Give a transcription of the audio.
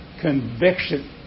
conviction